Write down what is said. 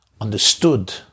understood